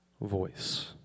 voice